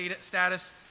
status